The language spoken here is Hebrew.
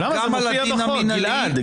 גם על הדין המינהלי -- למה?